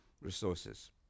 resources